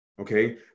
Okay